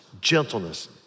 gentleness